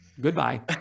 goodbye